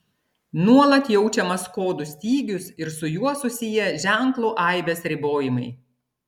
nuolat jaučiamas kodų stygius ir su juo susiję ženklų aibės ribojimai